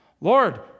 Lord